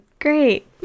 great